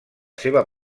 seva